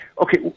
okay